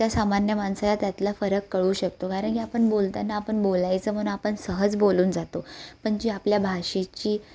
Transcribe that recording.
त्या सामान्य माणसाला त्यातला फरक कळू शकतो कारण की आपण बोलताना आपण बोलायचं म्हणून आपण सहज बोलून जातो पण जी आपल्या भाषेची